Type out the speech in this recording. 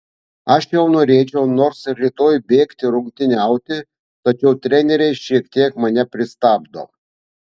aš jau norėčiau nors ir rytoj bėgti rungtyniauti tačiau treneriai šiek tiek mane pristabdo